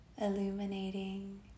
illuminating